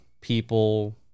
people